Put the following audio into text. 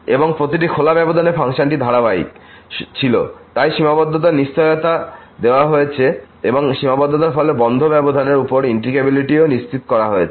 এবং প্রতিটি খোলা ব্যবধানে ফাংশনটি ধারাবাহিক ছিল তাই সীমাবদ্ধতার নিশ্চয়তা দেওয়া হয়েছে এবং এই সীমাবদ্ধতার ফলে বন্ধ ব্যবধানের উপর ইন্টিগ্রেবিলিটিও নিশ্চিত করা হয়েছে